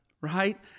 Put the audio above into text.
right